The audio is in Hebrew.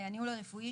הניהול הרפואי.